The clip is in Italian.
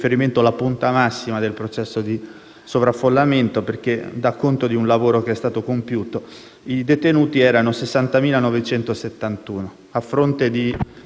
sovraffollamento, perché dà conto di un lavoro che è stato compiuto. I detenuti erano 60.971, a fronte di circa 44.000 posti disponibili.